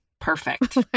Perfect